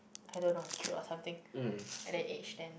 I don't know I'm cute or something at that age then